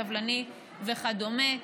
סבלני וכדומה.